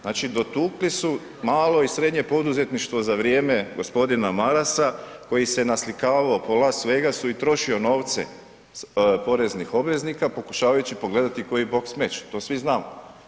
Znači dotukli su malo i srednje poduzetništvo za vrijeme g. Marasa koji se naslikavao po Las Vegasu i troši novce poreznih obveznika pokušavajući pogledati koji bok meč, to svi znamo.